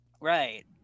right